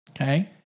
okay